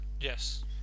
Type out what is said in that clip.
Yes